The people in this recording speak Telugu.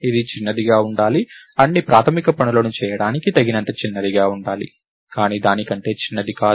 ఇది చిన్నదిగా ఉండాలి అన్ని ప్రాథమిక పనులను చేయడానికి తగినంత చిన్నదిగా ఉండాలి కానీ దాని కంటే చిన్నది కాదు